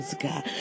God